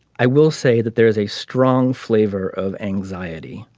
i will say that there is a strong flavor of anxiety